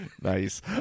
Nice